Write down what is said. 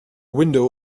window